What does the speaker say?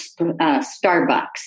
Starbucks